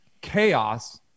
chaos